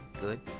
Good